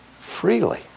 freely